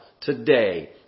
today